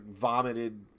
vomited